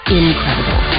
incredible